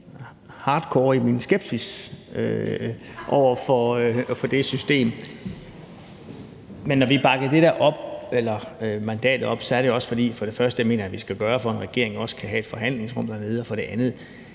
hardcore i min skepsis over for det system. Men når vi bakkede op om det mandat, var det, fordi jeg for det første mener, at det skal vi gøre, for at en regering også kan have et forhandlingsrum. For det andet: